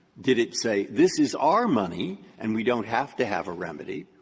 did it say, this is our money and we don't have to have a remedy?